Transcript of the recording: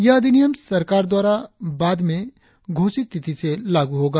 यह अधिनियम सरकार द्वार बाद में घोषित तिथि से लागू होगा